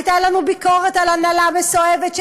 הייתה לנו ביקורת על הנהלה מסואבת,